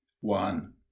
one